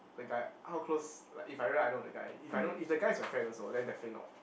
the guy how close like if I really I know the guy if I know if the guys is my friend also then the friend not